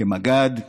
כמג"ד,